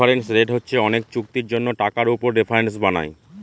reference rate হচ্ছে অনেক চুক্তির জন্য টাকার উপর রেফারেন্স বানায়